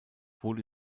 wurde